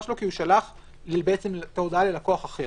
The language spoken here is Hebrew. שלו כי הוא שלח את ההודעה ללקוח אחר.